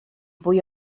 fwy